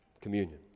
Communion